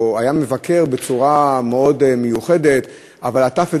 או היה מבקר בצורה מאוד מיוחדת אבל עטף את